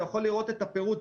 אתה יכול לראות את הפירוט.